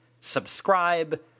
subscribe